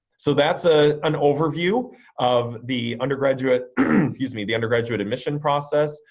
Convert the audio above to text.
so that's ah an overview of the undergraduate excuse me the undergraduate admission process,